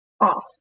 off